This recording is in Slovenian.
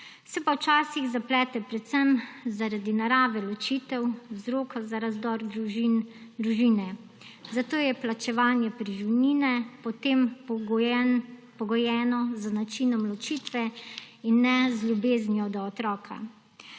Se pa včasih zaplete predvsem zaradi narave ločitev, vzroka za razdor družine. Zato je plačevanje preživnine potem pogojeno z načinom ločitve in ne z ljubeznijo do otroka.